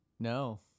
No